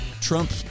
Trump